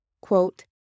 Quote